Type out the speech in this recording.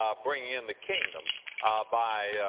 um bringing in the kingdom by, ah,